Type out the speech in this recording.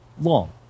long